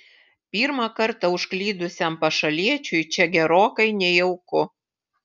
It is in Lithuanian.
pirmą kartą užklydusiam pašaliečiui čia gerokai nejauku